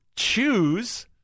Choose